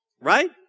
Right